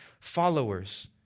followers